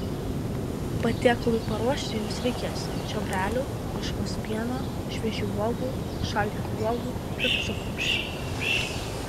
patiekalui paruošti jums reikės čiobrelių ožkos pieno šviežių uogų šaldytų uogų ir cukraus